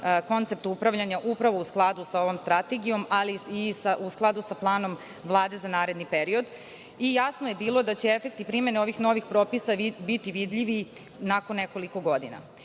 koncept upravljanja, upravo u skladu sa ovom strategijom, ali i u skladu sa planom Vlade za naredni period. Jasno je bilo da će efekti primene ovih novih propisa biti vidljivi nakon nekoliko godina. Upravo